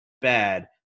bad